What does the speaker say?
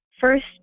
first